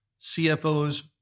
CFOs